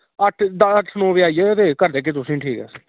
अट्ठ नौ बज़े आएओ ते करी देगे तुसेंगी ठीक